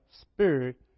spirit